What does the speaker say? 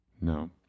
no